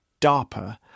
DARPA